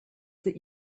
that